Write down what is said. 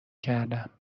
کردم